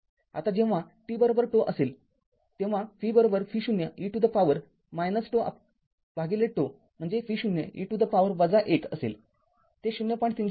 आताजेव्हा t ζ असेलतेव्हा vv0 e to the power ζζ म्हणजे v0 e to the power १ असेल ते ०